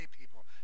people